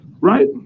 right